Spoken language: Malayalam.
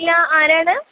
ഇല്ല ആരാണ്